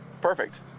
perfect